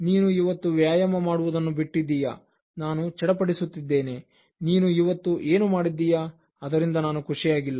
ನೀನು ಇವತ್ತು ವ್ಯಾಯಾಮ ಮಾಡುವುದನ್ನು ಬಿಟ್ಟಿದ್ದೀಯ ನಾನು ಚಡಪಡಿಸುತ್ತಿದ್ದೇನೆ ನೀನು ಇವತ್ತು ಏನು ಮಾಡಿದ್ದೀಯಾ ಅದರಿಂದ ನಾನು ಖುಷಿಯಾಗಿಲ್ಲ